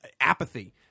apathy